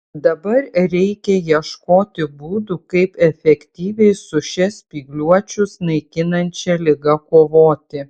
dabar reikia ieškoti būdų kaip efektyviai su šia spygliuočius naikinančia liga kovoti